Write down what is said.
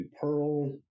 Pearl